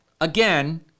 again